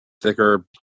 thicker